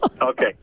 Okay